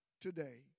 today